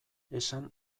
esan